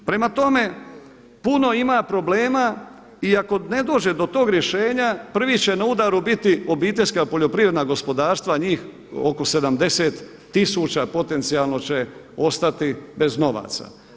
Prema tome puno ima problema i ako ne dođe do tog rješenja prvi će na udaru biti obiteljska poljoprivredna gospodarstva njih oko 70 tisuća potencijalno će ostati bez novaca.